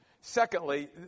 Secondly